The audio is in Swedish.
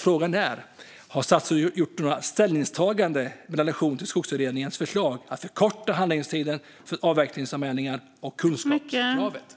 Frågan är: Har statsrådet gjort något ställningstagande i relation till Skogsutredningens förslag om att förkorta handläggningstiden när det gäller avverkningsanmälningar och att det ska finnas ett kunskapskrav?